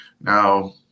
Now